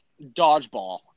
Dodgeball